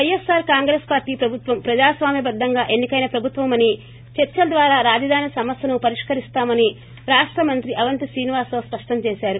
పైఎస్సార్ కాంగ్రెస్ పార్తీ ప్రభుత్వం ప్రజాస్వామ్యబద్దంగా ఎన్ని కైన ప్రభుత్వమని చర్చల ద్వారా రాజధాని సమస్యను పరిష్కరిస్తామని రాష్ట మంత్రి అవంతి శ్రీనివాస రావు స్పష్టం చేశారు